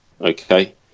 Okay